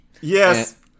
Yes